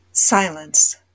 Silence